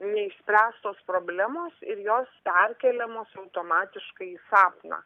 neišspręstos problemos ir jos perkeliamos automatiškai į sapną